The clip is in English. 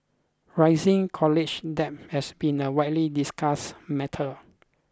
rising college debt has been a widely discussed matter